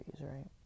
right